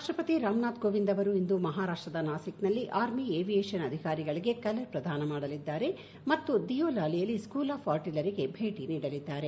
ರಾಷ್ಟ್ರಪತಿ ರಾಮನಾಥ್ ಕೋವಿಂದ್ ಅವರು ಇಂದು ಮಹಾರಾಷ್ಟ್ರದ ನಾಸಿಕ್ನಲ್ಲಿ ಆರ್ಮಿ ಏವಿಯೇಷನ್ ಅಧಿಕಾರಿಗಳಿಗೆ ಕಲರ್ ಪ್ರದಾನ ಮಾಡಲಿದ್ದಾರೆ ಮತ್ತು ದಿಯೋಲಾಲಿಯಲ್ಲಿ ಸ್ಕೂಲ್ ಆಫ್ ಆರ್ಟಿಲ್ಲರಿಗೆ ಭೇಟಿ ನೀಡಲಿದ್ದಾರೆ